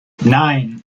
nine